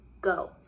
Go